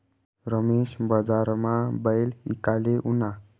रमेश बजारमा बैल ईकाले ऊना